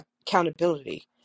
accountability